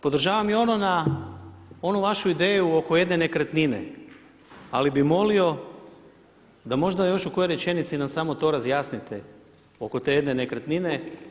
Podržavam i ono na onu vašu ideju oko jedne nekretnine ali bih molio da možda još u kojoj rečenici nam samo to razjasnite oko te jedne nekretnine.